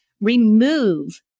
remove